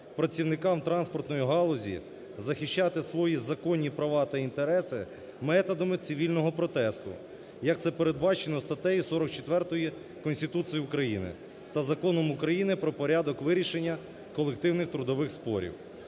працівникам транспортної галузі захищати свої законні права та інтереси методами цивільного протесту, як це передбачено статтею 44 Конституції України та Законом України "Про порядок вирішення колективних трудових спорів".